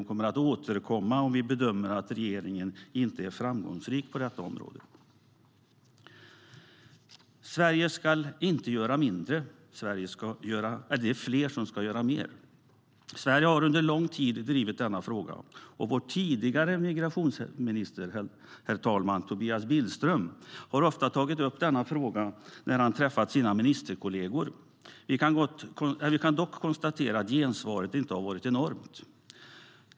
Vi kommer att återkomma om vi bedömer att regeringen inte är framgångsrik på detta område. Sverige ska inte göra mindre, utan fler ska göra mer. Sverige har drivit denna fråga under lång tid. Vår tidigare migrationsminister Tobias Billström, herr talman, tog ofta upp denna fråga när han träffade sina ministerkolleger. Vi kan dock konstatera att gensvaret inte varit enormt.